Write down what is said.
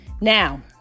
now